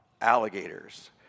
alligators